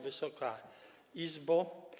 Wysoka Izbo!